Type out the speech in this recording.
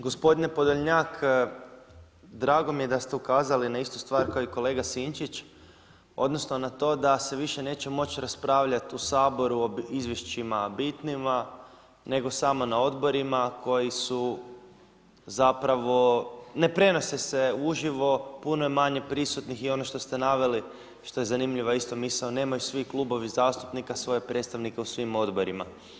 Gospodine Podolnjak, drago mi je da ste ukazali na istu stvar kao i kolega Sinčić, odnosno na to da se više neće moći raspravljati u Saboru o izvješćima bitnima, nego samo na odborima koji su zapravo ne prenose se uživo, puno je manji prisutnih i ono što ste naveli što je zanimljiva isto misao, nemaju svi klubovi zastupnika svoje predstavnike u svim odborima.